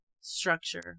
structure